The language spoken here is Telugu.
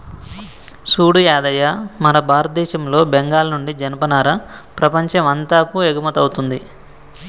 సూడు యాదయ్య మన భారతదేశంలో బెంగాల్ నుండి జనపనార ప్రపంచం అంతాకు ఎగుమతౌతుంది